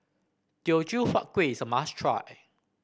Teochew Huat Kueh is a must try